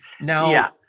Now